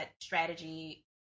strategy